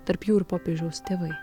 tarp jų ir popiežiaus tėvai